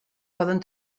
poden